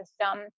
system